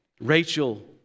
Rachel